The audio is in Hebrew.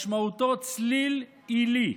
משמעותו: צלילי עילי,